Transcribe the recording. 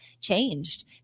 changed